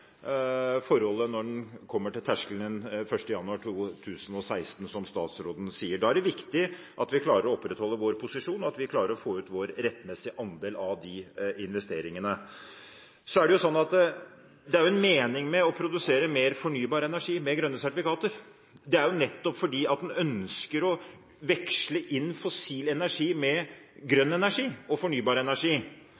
forholdet når en kommer til terskelen 1. januar 2016, som statsråden sier. Da er det viktig at vi klarer å opprettholde vår posisjon, at vi klarer å få ut vår rettmessige andel av de investeringene. Så er det slik at det er en mening med å produsere mer fornybar energi med grønne sertifikater. Det er nettopp fordi en ønsker å veksle inn fossil energi med